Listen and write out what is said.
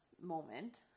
moment